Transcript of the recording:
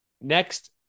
Next